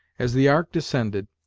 as the ark descended,